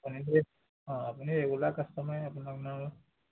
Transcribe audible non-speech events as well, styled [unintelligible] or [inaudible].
[unintelligible] অঁ আপুনি ৰেগুলাৰ কাষ্টমাৰে আপোনাক আৰু